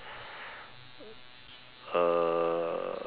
uh